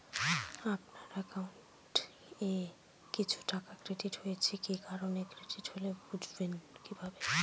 আপনার অ্যাকাউন্ট এ কিছু টাকা ক্রেডিট হয়েছে কি কারণে ক্রেডিট হল বুঝবেন কিভাবে?